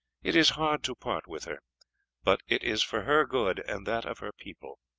it is hard to part with her but it is for her good and that of her people.